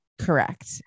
Correct